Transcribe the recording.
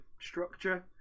structure